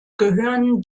gehört